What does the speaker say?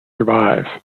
survive